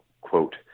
quote